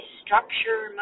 structure